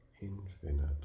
infinite